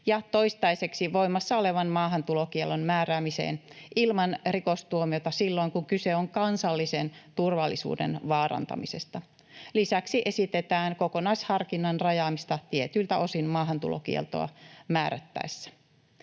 ja toistaiseksi voimassa olevan maahantulokiellon määräämiseen ilman rikostuomiota silloin, kun kyse on kansallisen turvallisuuden vaarantamisesta. Lisäksi esitetään kokonaisharkinnan rajaamista tietyiltä osin maahantulokieltoa määrättäessä.